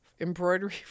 embroidery